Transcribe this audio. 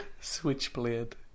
Switchblade